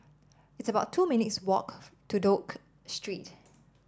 it's about two minutes' walk to Duke Street